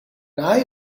eye